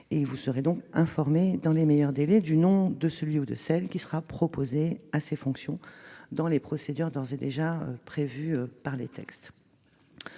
Vous serez donc informé dans les meilleurs délais du nom de celui ou de celle qui sera proposé à ces fonctions, selon les procédures d'ores et déjà prévues par les textes.